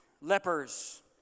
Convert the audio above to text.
lepers